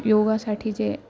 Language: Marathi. योगासाठी जे